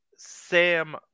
Sam